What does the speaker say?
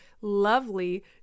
lovely